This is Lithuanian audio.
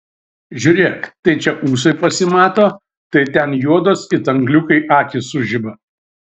žiūrėk tai čia ūsai pasimato tai ten juodos it angliukai akys sužiba